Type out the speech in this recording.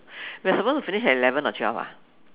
we are supposed to finish at eleven or twelve ah